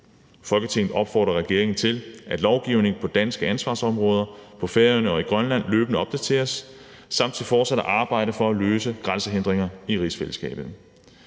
Folketinget opfordrer regeringen til, at lovgivning på danske ansvarsområder på Færøerne og Grønland løbende opdateres og til fortsat at arbejde for at løse grænsehindringer i rigsfællesskabet.«